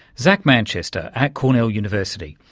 zac manchester at cornell university,